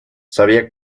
sabía